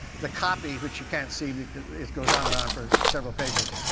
the copy, which you can't see because it goes on and on for several pages,